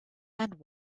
and